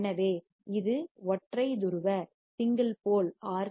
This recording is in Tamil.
எனவே இது ஒற்றை துருவ சிங்கிள் போல் pole ஆர்